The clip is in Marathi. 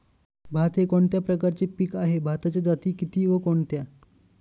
भात हे कोणत्या प्रकारचे पीक आहे? भाताच्या जाती किती व कोणत्या?